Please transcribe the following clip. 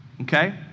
okay